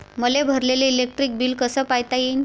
मले भरलेल electric bill कस पायता येईन?